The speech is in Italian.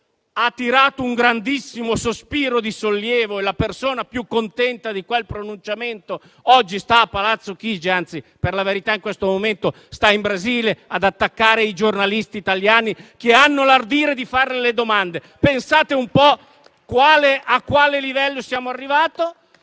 ha tirato un grandissimo sospiro di sollievo e la persona più contenta di quel pronunciamento oggi sta a Palazzo Chigi (anzi, per la verità, in questo momento sta in Brasile, ad attaccare i giornalisti italiani che hanno l'ardire di fare delle domande). Pensate un po' a quale livello siamo arrivati.